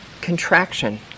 contraction